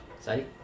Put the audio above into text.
Sorry